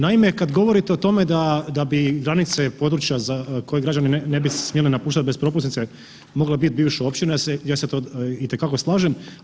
Naime, kada govorite o tome da bi granice područja koje građani ne bi smjeli napuštati bez propusnice mogle biti bivše općine, ja se itekako slažem.